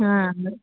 ହଁ